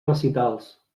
recitals